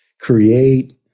create